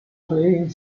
playing